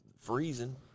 freezing